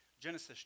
Genesis